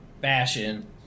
Fashion